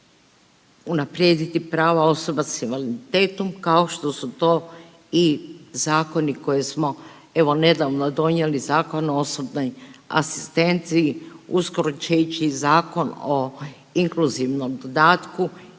unaprijediti prava osoba s invaliditetom kao što su to i zakoni koje smo evo nedavno donijeli, Zakon o osobnoj asistenciji, uskoro će ići i Zakon o inkluzivnom dodatku